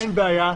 אין בעיה.